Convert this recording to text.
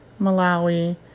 Malawi